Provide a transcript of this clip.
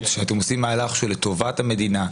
שאתם עושים מהלך שהוא לטובת המדינה,